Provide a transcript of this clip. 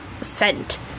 scent